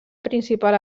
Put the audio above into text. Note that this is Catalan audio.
principal